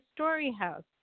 StoryHouse